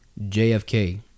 JFK